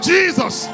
Jesus